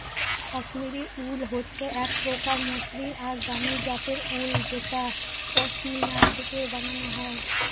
Kashmiri wool হচ্ছে এক প্রকার মসৃন আর দামি জাতের উল যেটা পশমিনা থেকে বানানো হয়